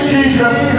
Jesus